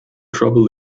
trouble